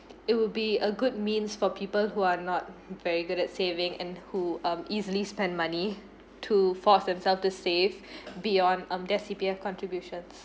it would be a good means for people who are not very good at saving and who um easily spend money to force themselves to save beyond um their C_P_F contributions